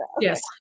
Yes